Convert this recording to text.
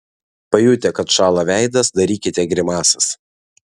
pajutę kad šąla veidas darykite grimasas